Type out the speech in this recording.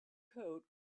coat